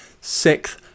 Sixth